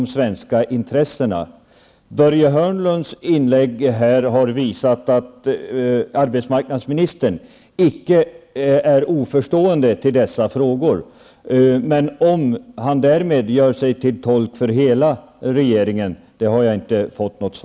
Arbetsmarknadsministerns inlägg här visar att han icke saknar förståelse för dessa frågor. Om han därmed gör sig till tolk för hela regeringen framgår däremot inte.